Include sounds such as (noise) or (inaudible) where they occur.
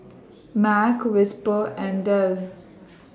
(noise) Mac Whisper and Dell